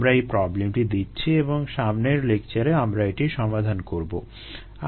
আমি এই প্রবলেমটি দিচ্ছি এবং সামনের লেকচারে আমরা এটি সমাধান করবো